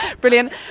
Brilliant